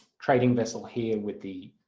trading vessel here with the